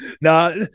No